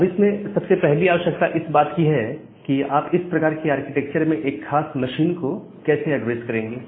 अब इसमें सबसे पहली आवश्यकता इस बात की है कि आप इस प्रकार के आर्किटेक्चर में एक खास मशीन को कैसे एड्रेस करेंगे